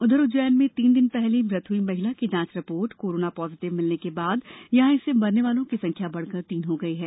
उधर उज्जैन में तीन दिन पहले मृत हयी महिला की जांच रिपोर्ट कोरोना पॉजिटिव मिलने के बाद यहां इससे भरने वालों की संख्या बढ़कर तीन हो गयी है